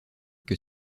que